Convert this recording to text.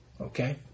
Okay